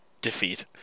defeat